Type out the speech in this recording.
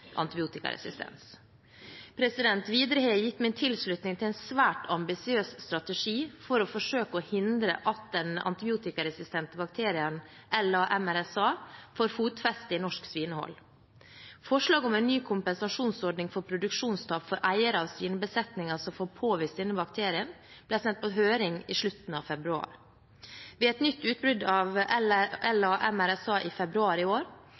antibiotikaresistens. Videre har jeg gitt min tilslutning til en svært ambisiøs strategi for å forsøke å hindre at den antibiotikaresistente bakterien LA-MRSA får fotfeste i norsk svinehold. Forslag om en ny kompensasjonsordning for produksjonstap for eiere av svinebesetninger som får påvist denne bakterien, ble sendt på høring i slutten av februar. Ved et nytt utbrudd av LA-MRSA i februar i år